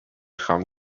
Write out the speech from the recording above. خوام